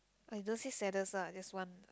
or you don't say saddest ah just one